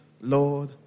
lord